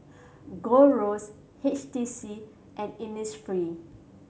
Gold Roast H T C and Innisfree